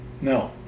No